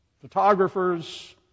photographers